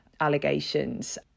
allegations